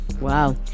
Wow